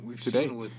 today